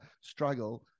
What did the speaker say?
struggle